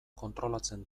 kontrolatzen